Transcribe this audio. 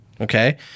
Okay